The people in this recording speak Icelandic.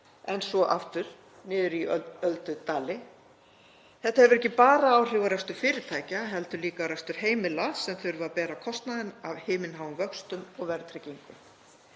en svo aftur niður í öldudali. Þetta hefur ekki bara áhrif á rekstur fyrirtækja heldur líka á rekstur heimila sem þurfa að bera kostnaðinn af himinháum vöxtum og verðtryggingu.